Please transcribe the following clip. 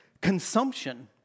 consumption